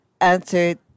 answered